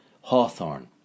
hawthorn